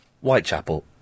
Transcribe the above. Whitechapel